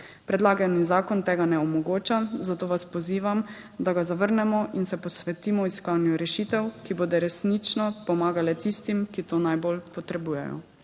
Predlagani zakon tega ne omogoča, zato vas pozivam, da ga zavrnemo in se posvetimo iskanju rešitev, ki bodo resnično pomagale tistim, ki to najbolj potrebujejo.